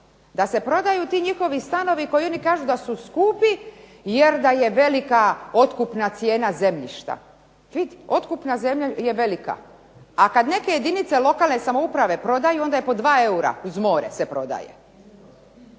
da se prodaju ti njihovi stanovi koji oni kažu da su skupi jer da je velika otkupna cijena zemljišta. Vidi, otkupna cijena je velika. A kad neke jedinice lokalne samouprave prodaju onda je po 2 eura uz more se prodaje.